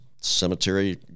cemetery